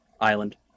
island